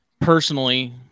personally